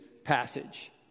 passage